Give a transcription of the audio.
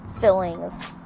fillings